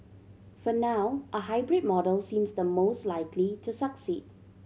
for now a hybrid model seems the most likely to succeed